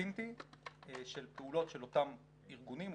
אוסינטי של פעולות של אותם ארגונים או